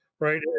Right